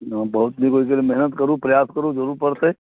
बहुत नीक ओइके लेल मेहनत करू प्रयास करू जरूर पड़तै